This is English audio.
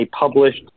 published